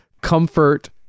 comfort